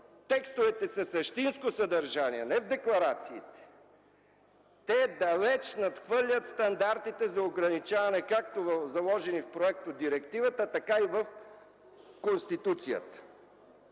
текстовете със същинско съдържание, не в декларациите, далеч надхвърлят стандартите за ограничаване както заложени в проектодирективата, така и в Конституцията.